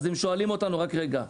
אז הם שואלים אותנו: רק רגע,